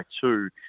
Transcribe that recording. two